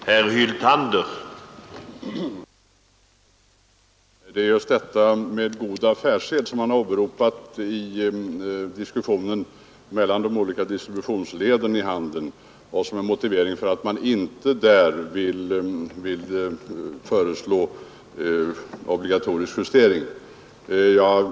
Herr talman! Det är just detta med god affärssed mellan de olika distributionsleden i handeln som har åberopats i diskussionen och som är motiveringen till att man inte vill föreslå obligatorisk justering.